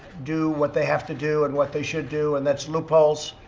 do what they have to do and what they should do, and that's loopholes.